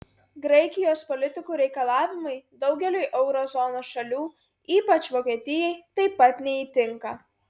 graikijos politikų reikalavimai daugeliui euro zonos šalių ypač vokietijai taip pat neįtinka